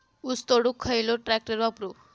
ऊस तोडुक खयलो ट्रॅक्टर वापरू?